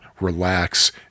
relax